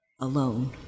alone